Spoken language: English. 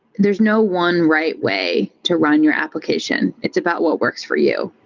there's no one right way to run your application. it's about what works for you.